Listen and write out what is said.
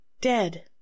dead